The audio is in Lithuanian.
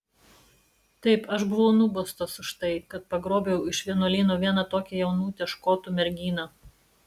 taip aš buvau nubaustas už tai kad pagrobiau iš vienuolyno vieną tokią jaunutę škotų merginą